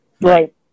Right